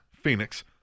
Phoenix